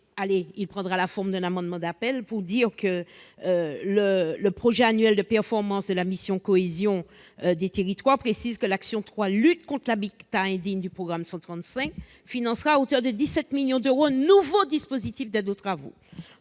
prendra donc la forme d'un amendement d'appel. Le projet annuel de performance de la mission « Cohésion des territoires » précise que l'action n° 03, Lutte contre l'habitat indigne, du programme 135 financera à hauteur de 17 millions d'euros un nouveau dispositif d'aide aux travaux.